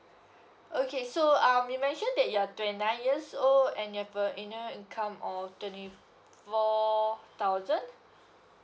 okay so um you mentioned that you're twenty nine years old and you have a annual income of twenty four thousand